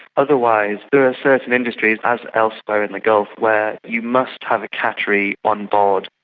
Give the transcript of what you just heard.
otherwise, there are certain industries, as elsewhere in the gulf, where you must have a qatari on board.